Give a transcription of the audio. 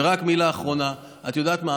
ורק מילה אחרונה: את יודעת מה,